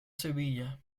sevilla